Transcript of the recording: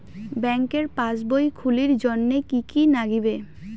ব্যাঙ্কের পাসবই খুলির জন্যে কি কি নাগিবে?